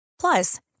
Plus